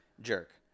jerk